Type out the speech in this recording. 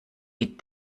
wie